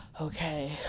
okay